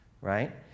Right